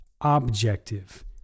objective